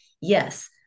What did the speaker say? Yes